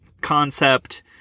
concept